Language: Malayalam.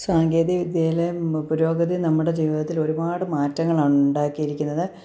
സാങ്കേതിക വിദ്യയിലെ പുരോഗതി നമ്മുടെ ജീവിതത്തിൽ ഒരുപാട് മാറ്റങ്ങളാണ് ഉണ്ടാക്കിയിരിക്കുന്നത്